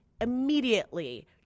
immediately